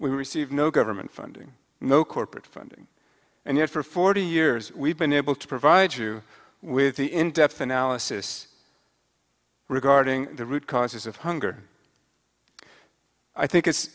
we receive no government funding no corporate funding and yet for forty years we've been able to provide you with the in depth analysis regarding the root causes of hunger i think it's